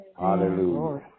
Hallelujah